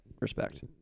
respect